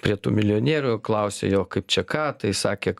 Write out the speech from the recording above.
prie tų milijonierių klausė jo kaip čia ką tai sakė